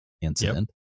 incident